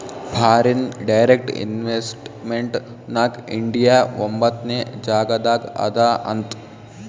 foreign direct investment ನಾಗ್ India ಒಂಬತ್ನೆ ಜಾಗನಾಗ್ ಅದಾ ಅಂತ್